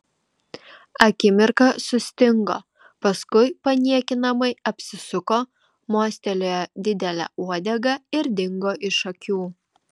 akimirką sustingo paskui paniekinamai apsisuko mostelėjo didele uodega ir dingo iš akių